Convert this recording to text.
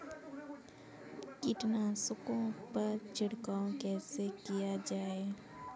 कीटनाशकों पर छिड़काव कैसे किया जाए?